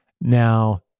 Now